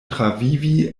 travivi